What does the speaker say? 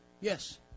Yes